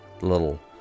little